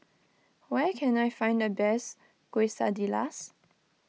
where can I find the best Quesadillas